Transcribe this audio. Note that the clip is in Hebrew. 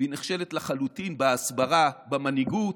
והיא נכשלת לחלוטין בהסברה, במנהיגות,